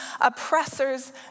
oppressors